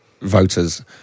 voters